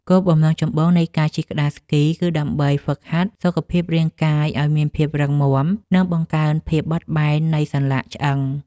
គោលបំណងចម្បងនៃការជិះក្ដារស្គី គឺដើម្បីហ្វឹកហាត់សុខភាពរាងកាយឱ្យមានភាពរឹងមាំ និងបង្កើនភាពបត់បែននៃសន្លាក់ឆ្អឹង។